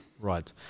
Right